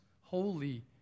holy